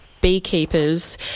beekeepers